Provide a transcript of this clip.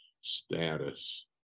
status